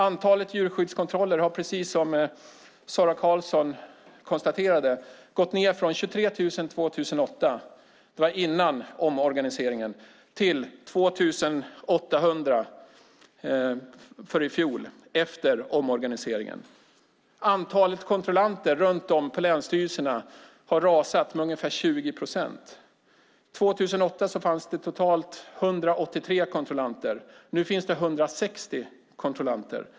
Antalet djurskyddskontroller har precis som Sara Karlsson konstaterade gått ned från 23 000 år 2008, det var innan omorganiseringen, till 12 800 i fjol, efter omorganiseringen. Antalet kontrollanter runt om på länsstyrelserna har rasat med ungefär 20 procent. År 2008 fanns det totalt 183 kontrollanter. Nu finns det 160 kontrollanter.